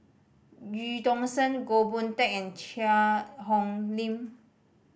Eu Tong Sen Goh Boon Teck and Cheang Hong Lim